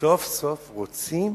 סוף-סוף רוצים